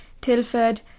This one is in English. Tilford